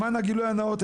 למען הגילוי הנאות,